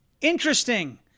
Interesting